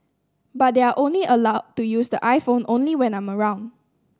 but they are only allowed to use the iPhone only when I'm around